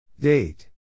Date